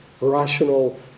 rational